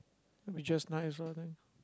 will be just nice ah then